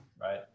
right